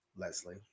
Leslie